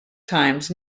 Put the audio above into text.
times